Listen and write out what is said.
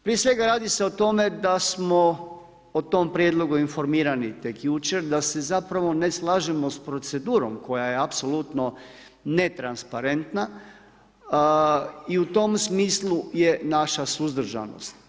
Prije svega, radi se o tome, da smo o tom prijedlogu informirani tek jučer, da se zapravo ne slažemo s procedurom, koja je apsolutno netransparentna i u tom smislu je naša suzdržanost.